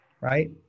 right